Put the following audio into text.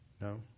No